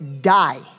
die